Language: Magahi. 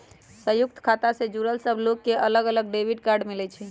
संयुक्त खाता से जुड़ल सब लोग के अलग अलग डेबिट कार्ड मिलई छई